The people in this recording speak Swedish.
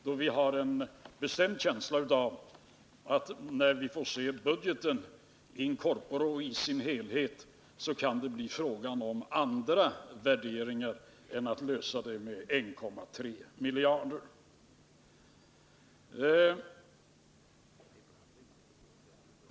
Vi har nämligen en bestämd känsla av att när vi får se budgeten in corpore kommer vi att finna att det blir fråga om andra värderingar än 1,3 miljarder.